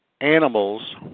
animals